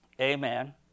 Amen